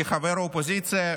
כחבר אופוזיציה,